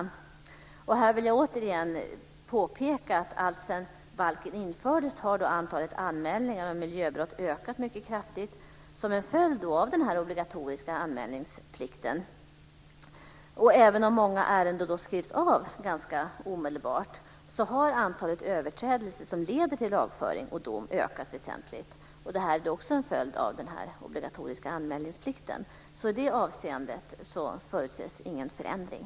I detta sammanhang vill jag återigen påpeka att alltsedan balken infördes har antalet anmälningar om miljöbrott ökat mycket kraftigt som en följd av denna obligatoriska anmälningsplikt. Även om många ärenden skrivs av ganska omedelbart har antalet överträdelser som leder till lagföring och dom ökat väsentligt. Detta är också en följd av den obligatoriska anmälningsplikten. I detta avseende förutses ingen förändring.